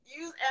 use